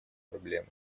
проблемы